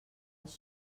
els